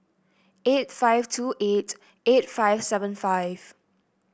eight five two eight eight five seven five